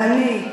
אדוני,